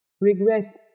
Regret